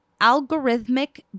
algorithmic